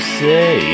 say